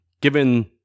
given